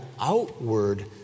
outward